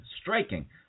striking